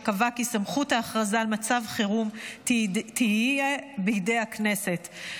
שקבע כי סמכות ההכרזה על מצב חירום תהיה בידי הכנסת,